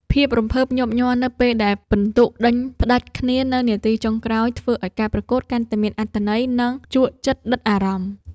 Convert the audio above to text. ភាពរំភើបញាប់ញ័រនៅពេលដែលពិន្ទុដេញផ្ដាច់គ្នានៅនាទីចុងក្រោយធ្វើឱ្យការប្រកួតកាន់តែមានអត្ថន័យ និង ជក់ចិត្តដិតអារម្មណ៍។